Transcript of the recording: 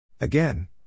Again